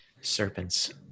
Serpents